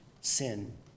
sin